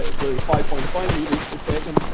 ah with five point five meters per second.